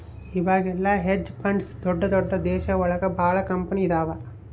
ಇವಾಗೆಲ್ಲ hedge funds ದೊಡ್ದ ದೊಡ್ದ ದೇಶ ಒಳಗ ಭಾಳ ಕಂಪನಿ ಇದಾವ